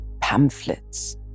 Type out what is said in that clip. pamphlets